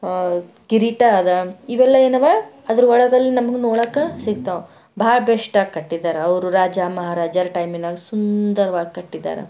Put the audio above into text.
ಕಿರೀಟ ಅದ ಇವೆಲ್ಲ ಏನವ ಅದರ ಒಳಗಲ್ಲಿ ನಮಗೆ ನೋಡಾಕ ಸಿಗ್ತಾವೆ ಭಾಳ ಬೆಷ್ಟಾಗಿ ಕಟ್ಟಿದ್ದಾರೆ ಅವರು ರಾಜ ಮಹಾರಾಜರ ಟೈಮಿನಾಗೆ ಸುಂದರವಾಗಿ ಕಟ್ಟಿದ್ದಾರೆ